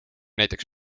näiteks